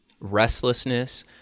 restlessness